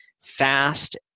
fast